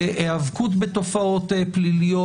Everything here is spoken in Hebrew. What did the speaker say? בהיאבקות בתופעות פליליות.